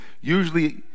usually